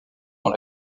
dans